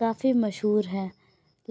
کافی مشہور ہیں